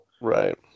Right